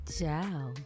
Ciao